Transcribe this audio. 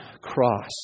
cross